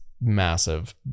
massive